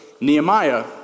Nehemiah